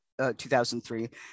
2003